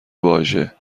واژه